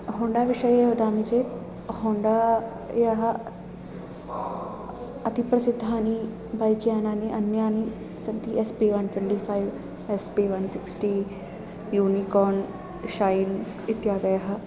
होण्डाविषये वदामि चेत् होण्डा यः अतीव प्रसिद्धानि बैक्यानानि अन्यानि सन्ति S P one twenty five S P one sixty Unicorn Shine इत्यादयः